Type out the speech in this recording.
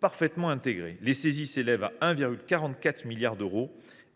parfaitement intégrée : les saisies réalisées en 2023 s’élèvent à 1,44 milliard d’euros